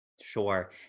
Sure